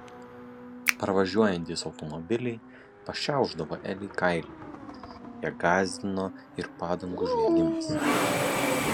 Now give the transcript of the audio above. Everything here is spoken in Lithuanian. pravažiuojantys automobiliai pašiaušdavo elei kailį ją gąsdino ir padangų žviegimas